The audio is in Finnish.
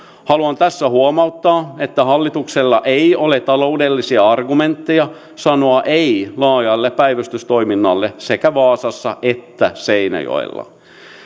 haluan tässä huomauttaa että hallituksella ei ole taloudellisia argumentteja sanoa ei laajalle päivystystoiminnalle sekä vaasassa että seinäjoella